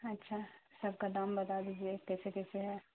اچھا سب کا دام بتا دیجیے کیسے کیسے ہے